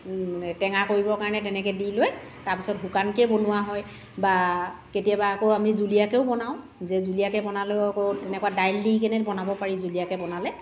টেঙা কৰিবৰ কাৰণে তেনেকৈ দি লৈ তাৰপিছত শুকানকেই বনোৱা হয় বা কেতিয়াবা আকৌ আমি জুলীয়াকৈও বনাও যে জুলীয়াকৈ বনালেও আকৌ তেনেকুৱা দাইল দিকেনে বনাব পাৰি জুলীয়াকৈ বনালে